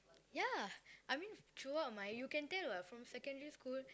ya I mean throughout my you can tell what from secondary school